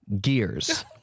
gears